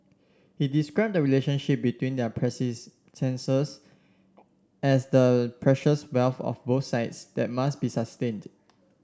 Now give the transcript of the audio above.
he described the relationship between their as the precious wealth of both sides that must be sustained